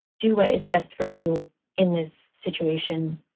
do what is best for you in this situation